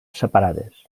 separades